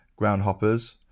Groundhoppers